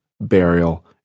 burial